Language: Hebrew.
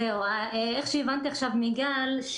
לפי מה שהבנתי עכשיו מגל,